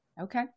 Okay